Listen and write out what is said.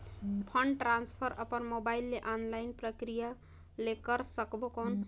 Fund transfer अपन mobile मे online प्रक्रिया ले कर सकबो कौन?